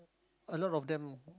a lot of them